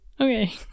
okay